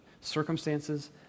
circumstances